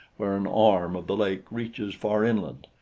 where an arm of the lake reaches far inland,